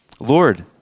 Lord